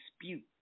dispute